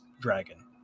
dragon